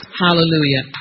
Hallelujah